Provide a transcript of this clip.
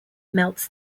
melts